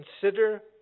consider